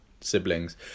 siblings